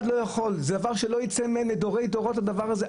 זה דבר שלא ייצא מהם לדורי-דורות הדבר הזה.